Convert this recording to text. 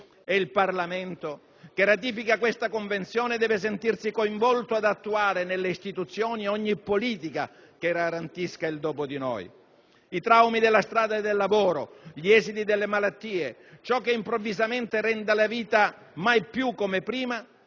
il Parlamento che ratifica questa Convenzione deve sentirsi coinvolto ad attuare nelle istituzioni ogni politica che garantisca il «dopo di noi». I traumi della strada e del lavoro, gli esiti delle malattie, ciò che improvvisamente rende la vita mai più come prima